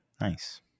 Nice